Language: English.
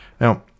Now